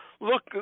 look